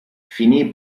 finì